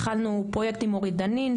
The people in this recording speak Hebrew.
התחלנו פרויקט עם אורית דנין,